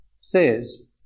says